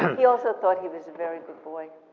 he also thought he was a very good boy.